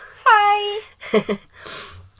Hi